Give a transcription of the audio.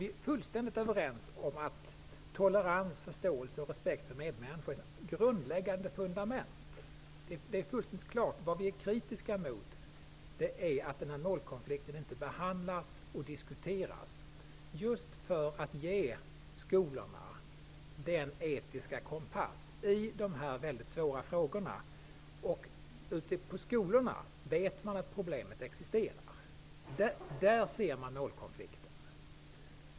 Vi är fullständigt överens om att tolerans, förståelse och respekt för medmänniskor är grundläggande fundament. Det är alldeles klart. Vad vi är kritiska emot är att denna målkonflikt inte behandlas och diskuteras just för att man skall ge skolorna en etisk kompass när det gäller dessa väldigt svåra frågor. Ute i skolorna vet man att problemet existerar. Där ser man målkonflikten.